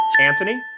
Anthony